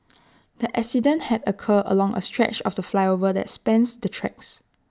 the accident had occurred along A stretch of the flyover that spans the tracks